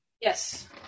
Yes